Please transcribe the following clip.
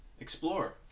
explore